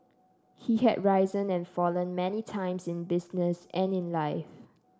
he had risen and fallen many times in business and in life